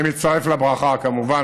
אני מצטרף לברכה, כמובן.